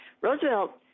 Roosevelt